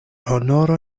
honoro